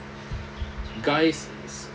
guys